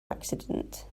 accident